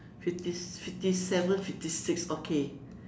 fifty fifty seven fifty six okay